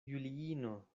juliino